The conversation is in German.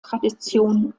tradition